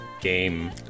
game